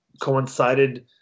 coincided